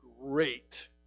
great